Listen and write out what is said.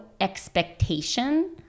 expectation